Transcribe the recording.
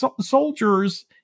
Soldiers